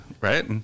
right